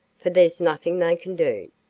for there's nothing they can do.